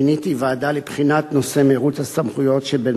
מיניתי ועדה לבחינת נושא מירוץ הסמכויות שבין